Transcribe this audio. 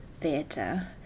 theatre